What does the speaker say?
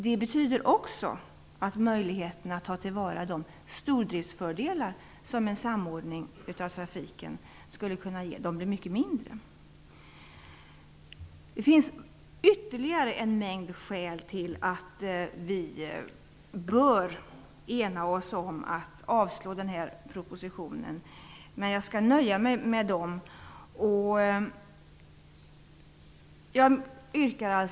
Det betyder också att möjligheterna att ta till vara de stordriftsfördelar som en samordning av trafiken skulle kunna ge blir mycket mindre. Det finns ytterligare en mängd skäl till att vi bör enas om att avslå propositionen, men jag skall nöja mig med dem jag har tagit upp.